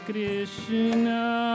Krishna